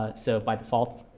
ah so by default,